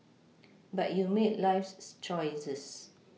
but you make life's choices